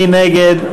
מי נגד?